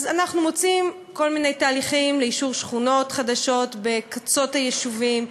אז אנחנו מוצאים כל מיני תהליכים לאישור שכונות חדשות בקצות היישובים,